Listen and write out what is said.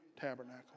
Tabernacle